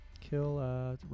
Kill